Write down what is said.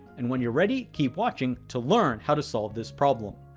and when you're ready, keep watching to learn how to solve this problem.